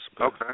Okay